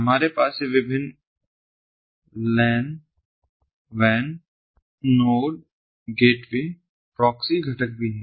हमारे पास ये विभिन्न LAN WAN Node gateway proxy घटक भी हैं